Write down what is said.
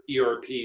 ERP